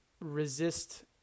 resist